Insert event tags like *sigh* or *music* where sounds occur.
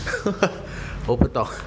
*laughs*